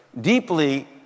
deeply